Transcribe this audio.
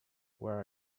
where